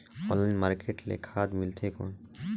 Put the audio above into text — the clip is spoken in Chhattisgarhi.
ऑनलाइन मार्केट ले खाद मिलथे कौन?